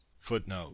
Footnote